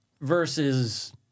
versus